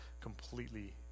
completely